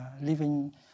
living